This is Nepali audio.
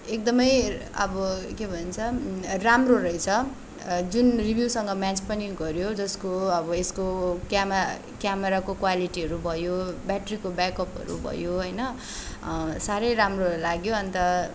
एकदमै अब के भन्छ राम्रो रहेछ जुन रिभ्यूसँग म्याच पनि गऱ्यो जसको अब यसको क्यामा क्यामेराको क्वालिटीहरू भयो ब्याट्रीको ब्याकपहरू भयो होइन साह्रै राम्रो लाग्यो अन्त